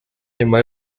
nyuma